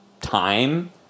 time